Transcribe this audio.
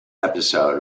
episode